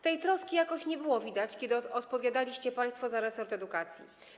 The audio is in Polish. Tej troski jakoś nie było widać, kiedy odpowiadaliście państwo za resort edukacji.